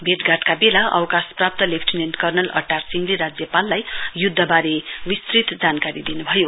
भेटघाटका वेला अवकाशप्राप्त लेफ्टिनेण्ट कर्णल अट्टर सिंहले राज्यपाललाई युद्धवारे विस्तृत जानकारी दिनुभयो